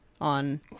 on